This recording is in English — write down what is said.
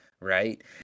right